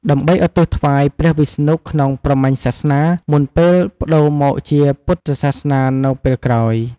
ដើម្បីឧទ្ទិសថ្វាយព្រះវិស្ណុក្នុងព្រហ្មញ្ញសាសនា មុនពេលប្តូរមកជាពុទ្ធសាសនានៅពេលក្រោយ។